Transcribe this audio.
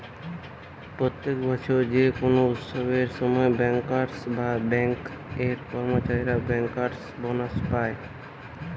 প্রত্যেক বছর যে কোনো উৎসবের সময় বেঙ্কার্স বা বেঙ্ক এর কর্মচারীরা বেঙ্কার্স বোনাস পায়